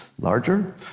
larger